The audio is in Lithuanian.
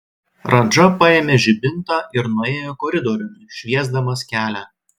radža paėmė žibintą ir nuėjo koridoriumi šviesdamas kelią